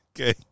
okay